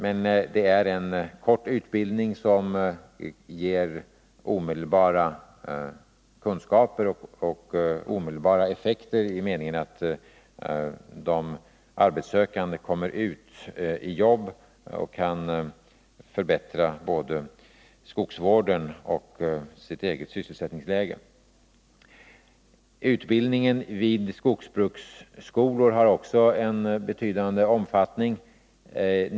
Men det är en kort utbildning som ger omedelbara kunskaper och omedelbara effekter i den meningen att de arbetssökande kommer ut i jobb och kan förbättra både skogsvården och sitt eget sysselsättningsläge. Utbildningen vid skogsbruksskolor har också en betydande omfattning.